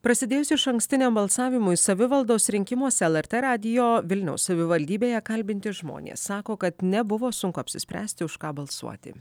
prasidėjus išankstiniam balsavimui savivaldos rinkimuose lrt radijo vilniaus savivaldybėje kalbinti žmonės sako kad nebuvo sunku apsispręsti už ką balsuoti